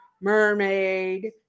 mermaid